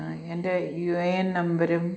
എന്റെ യൂയേയെൻ നമ്പരും